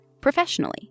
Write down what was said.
professionally